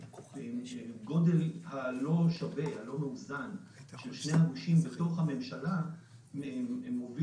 והגודל הלא שווה ולא מאוזן של שני הגושים בתוך הממשלה מוביל